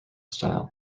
style